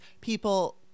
people